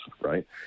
right